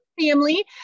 family